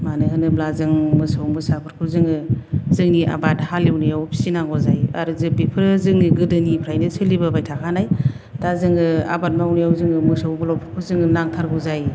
मानो होनोब्ला जों मोसौ मोसाफोरखौ जोङो जोंनि आबाद हालेवनायाव फिसिनांगौ जायो आरो जे बेफोरो जोंनि गोदोनिफ्रायनो सोलिबोबाय थाखानाय दा जोङो आबाद मावनायाव जोङो मोसौ बलदफोरखौ जोंनो नांथारगौ जायो